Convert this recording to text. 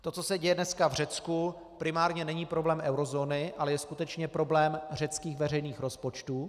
To, co se děje dneska v Řecku, primárně není problém eurozóny, ale je skutečně problém řeckých veřejných rozpočtů.